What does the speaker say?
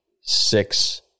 six